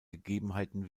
gegebenheiten